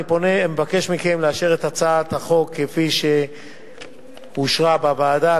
אני פונה ומבקש מכם לאשר את הצעת החוק כפי שאושרה בוועדה.